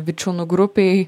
vičiūnų grupei